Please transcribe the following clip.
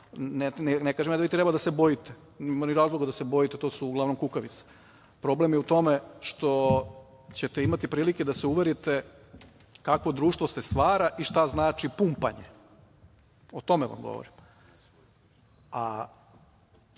ne kažem ja da vi treba da se bojite, nema ni razloga da se bojite, to su uglavnom kukavice. Problem je u tome što ćete imati prilike da se uverite kakvo društvo se stvara i šta znači pumpanje. O tome vam govorim. Ja